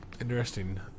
interesting